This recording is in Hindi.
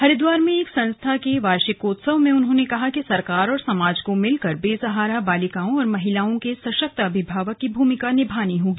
हरिद्वार में एक संस्था के वार्षिकोत्सव में उन्होंने कहा कि सरकार और समाज को मिलकर बेसहारा बालिकाओं और महिलाओं के सशक्त अभिभावक की भूमिका निभानी होगी